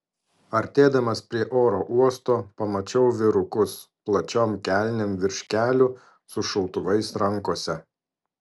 artėdamas prie oro uosto pamačiau vyrukus plačiom kelnėm virš kelių su šautuvais rankose